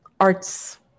arts